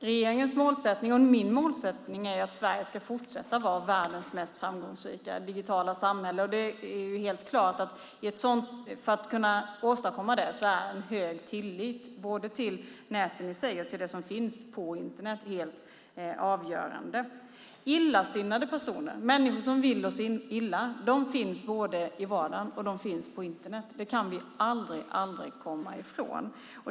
Fru talman! Regeringens och min målsättning är att Sverige ska fortsätta att vara världens mest framgångsrika digitala samhälle. Det är klart att hög tillit till näten och till det som finns på Internet är helt avgörande för att vi ska åstadkomma det. Illasinnade personer - människor som vill oss illa - finns både i vardagen och på Internet. Det kan vi aldrig komma ifrån.